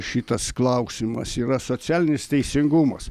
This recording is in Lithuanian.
šitas klausimas yra socialinis teisingumas